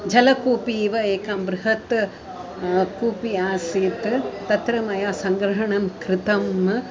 जलकूपी इव एकं बृहत् कूपी आसीत् तत्र मया सङ्ग्रहणं कृतम्